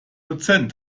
dozent